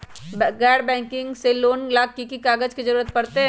गैर बैंकिंग से लोन ला की की कागज के जरूरत पड़तै?